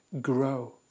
grow